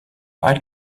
eye